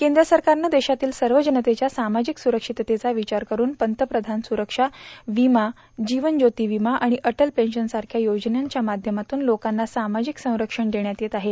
केंद्र सरकारनं देशातील सर्व जनतेष्या सामजिक सुरकिततेचा विघार करुन पंतप्रधान सुरक्षा विमा जिवन ज्योति विमा आणि अटल पेशन सारख्या योजनाच्या माध्यमातून लोकांना समाजिक सरंक्षण देण्यात येत आहे